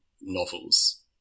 novels